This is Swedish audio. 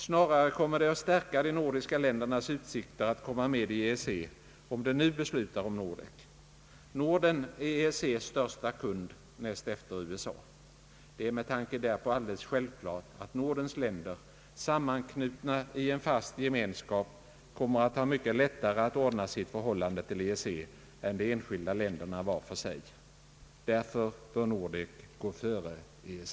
Snarare kommer det att stärka de nor diska ländernas utsikter att komma med i EEC om de nu beslutar om Nordek. Norden är EEC:s största kund näst efter USA. Det är med tanke därpå alldeles självklart att Nordens länder, sammanknutna i en fast gemenskap, kommer att ha mycket lättare att ordna sitt förhållande till EEC än de enskilda länderna var för sig. Därför bör Nordek gå före EEC.